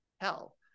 hell